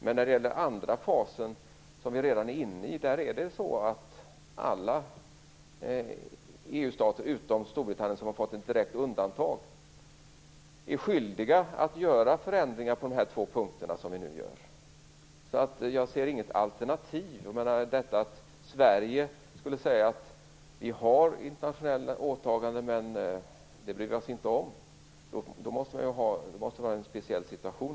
Men när det gäller den andra fasen, som vi redan är inne i, är alla EU-stater, utom Storbritannien som har fått ett direkt undantag, skyldiga att göra förändringar på dessa två punkter. Jag ser därför inget alternativ. Om Sverige skulle säga att vi har internationella åtaganden men att vi inte bryr oss om dem, måste det i så fall vara en speciell situation.